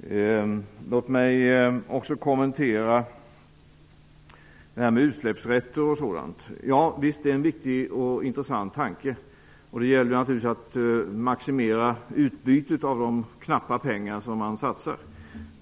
göra. Låt mig också kommentera detta med utsläppsrätter och sådant. Visst är det en viktig och intressant tanke. Det gäller naturligtvis att maximera utbytet av de knappa pengar som man satsar.